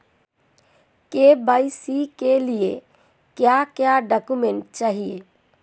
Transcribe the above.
KYC के लिए क्या क्या डॉक्यूमेंट चाहिए?